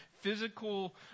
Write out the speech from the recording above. physical